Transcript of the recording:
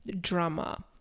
drama